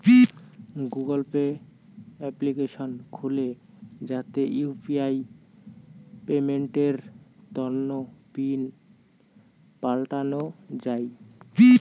Google Pay application খুলে যাতে UPI পেমেন্টের তন্ন পিন পাল্টানো যাই